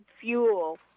fuel